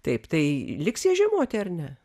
taip tai liks jie žiemoti ar ne